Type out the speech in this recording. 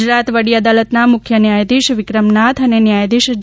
ગુજરાત વડી અદાલતના મુખ્ય ન્યાયધીશ વિક્રમ નાથ અને ન્યાયધીશ જે